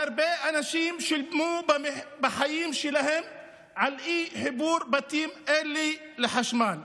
והרבה אנשים שילמו בחיים שלהם על אי-חיבור בתים אלה לחשמל.